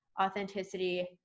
authenticity